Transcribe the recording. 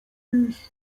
wyśpisz